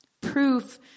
proof